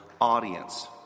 audience